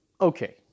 okay